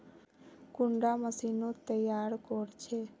कुंडा मशीनोत तैयार कोर छै?